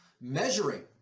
measuring